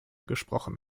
gesprochen